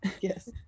Yes